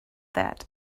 that